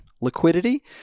liquidity